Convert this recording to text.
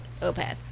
Opeth